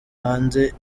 hanze